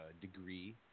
degree